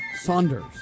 Saunders